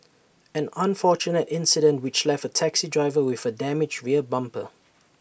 an unfortunate incident which left A taxi driver with A damaged rear bumper